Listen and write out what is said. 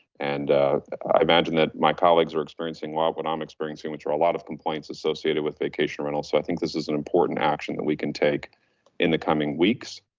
and i imagine that my colleagues are experiencing a lot of what i'm experiencing, which are a lot of complaints associated with vacation rental. so i think this is an important action that we can take in the coming weeks.